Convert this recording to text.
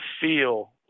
feel